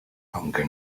aunque